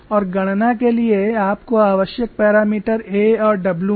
और गणना के लिए आपको आवश्यक पैरामीटर a और w हैं